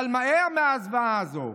אבל מהר, מהזוועה הזאת.